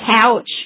couch